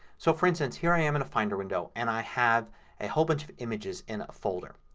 so, for instance, here i am in a finder window and i have a whole bunch of images in a folder.